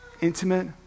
intimate